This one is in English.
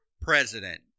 president